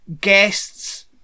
guests